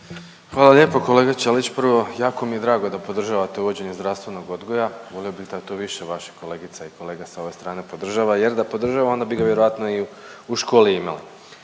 Hvala lijepo. Kolega Ćelić, prvo, jako mi je drago da podržavate uvođenje zdravstvenog odgoja, volio bih da to više vašim kolegica i kolega sa ove strane podržava jer da podržava onda bi ga vjerojatno i u školi imali.